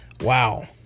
Wow